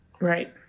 right